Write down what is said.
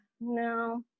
no